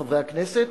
חברי הכנסת,